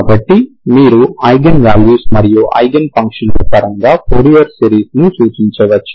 కాబట్టి మీరు eigen values మరియు ఐగెన్ ఫంక్షన్ల పరంగా ఫోరియర్ సిరీస్ను సూచించవచ్చు